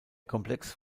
komplex